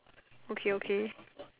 okay okay